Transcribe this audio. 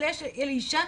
שיש לאישה